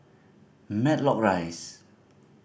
Matlock Rise